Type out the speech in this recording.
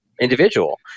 individual